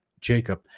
Jacob